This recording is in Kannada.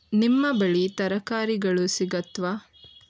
ನಿಮ್ಮ ಬಳಿ ತರಕಾರಿಗಳು ಸಿಗುತ್ವಾ